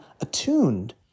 attuned